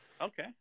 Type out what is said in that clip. Okay